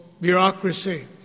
bureaucracy